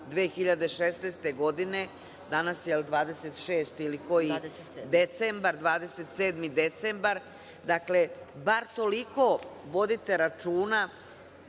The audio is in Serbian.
2016. godine, danas je 26. ili koji decembar, 27. decembar. Bar toliko vodite računa,